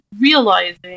realizing